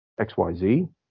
XYZ